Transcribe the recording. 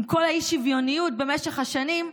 עם כל האי-שוויוניות במשך השנים,